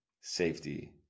safety